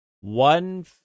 one